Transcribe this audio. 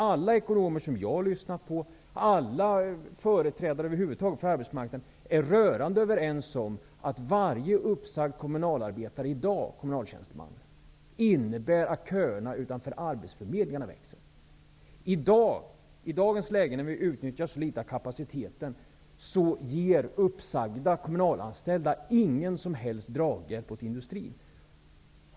Alla ekonomer som jag har lyssnat till och över huvud taget alla företrädare för arbetsmarknadens parter är rörande överens om att varje uppsagd kommunalarbetare eller kommunaltjänsteman i dag innebär att köerna utanför arbetsförmedlingarna växer. I dagens läge, när vi utnyttjar så litet av kapaciteten, ger uppsagda kommunalanställda inte någon som helst draghjälp åt industrin.